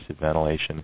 ventilation